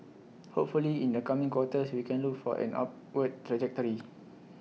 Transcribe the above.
hopefully in the coming quarters we can look for an upward trajectory